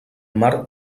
mar